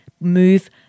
move